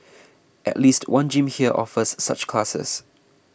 at least one gym here offers such classes